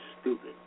stupid